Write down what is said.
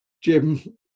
Jim